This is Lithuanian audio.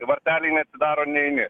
varteliai neatsidaro neini